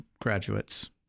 graduates